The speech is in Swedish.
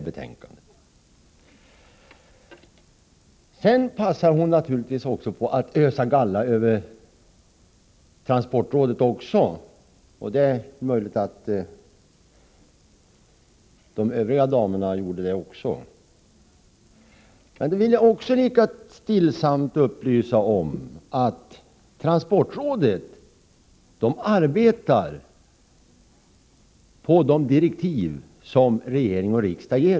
Sedan passar Barbro Nilsson på att ösa galla även över transportrådet, och det är möjligt att de övriga damerna också gjorde det. Då vill jag lika stillsamt upplysa om att transportrådet arbetar efter de direktiv som regering och riksdag ger.